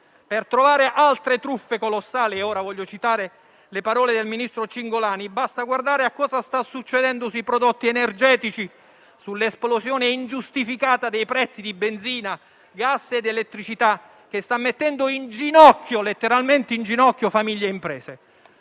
Per trovare altre truffe colossali - voglio ora citare le parole del ministro Cingolani - basta guardare a cosa sta succedendo sui prodotti energetici, sull'esplosione ingiustificata dei prezzi di benzina, gas ed elettricità, che sta mettendo letteralmente in ginocchio famiglie e imprese.